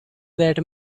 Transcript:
that